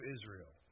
Israel